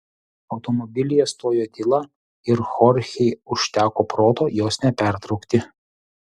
automobilyje stojo tyla ir chorchei užteko proto jos nepertraukti